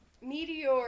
meteor